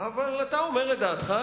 אבל אתה אומר את דעתך,